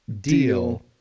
deal